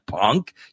Punk